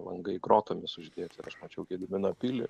langai grotomis uždėti ir aš mačiau gedimino pilį